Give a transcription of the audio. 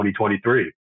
2023